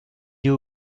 you